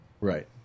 Right